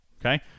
Okay